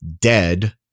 dead